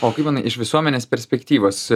o kaip manai iš visuomenės perspektyvos